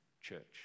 church